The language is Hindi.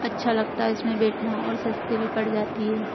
अच्छा लगता है इसमें बैठना और सस्ते भी पड़ जाती है